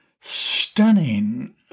stunning